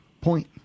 point